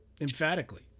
emphatically